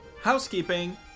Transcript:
Housekeeping